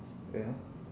ya